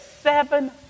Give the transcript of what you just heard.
seven